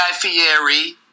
Fieri